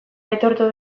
aitortu